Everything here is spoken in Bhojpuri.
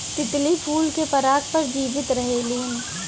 तितली फूल के पराग पर जीवित रहेलीन